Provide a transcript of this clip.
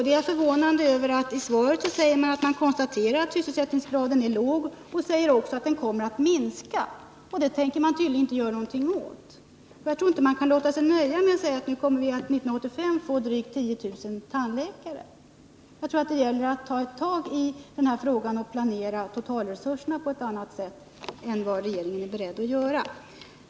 Det är förvånande, när det i svaret konstateras att sysselsättningsgraden är låg, att det också sägs att den kommer att minska. Det tänker man tydligen inte göra någonting åt. Jag tror inte att man kan låta sig nöja med att vi 1985 kommer att få drygt 10 000 tandläkare. Det gäller att ta tag i den här frågan och planera totalresurserna på ett annat sätt än regeringen är beredd att göra.